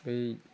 ओइ